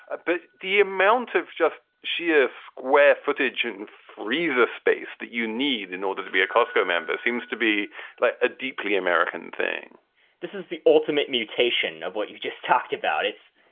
ah but the amount of just sheer square footage and freezer space that you need in order to be a costco member seems to be like a deeply american thing this is the ultimate mutation of what you just talked about. it's.